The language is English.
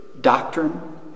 doctrine